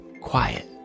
quiet